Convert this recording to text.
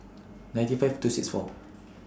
ninety five two six four